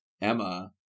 emma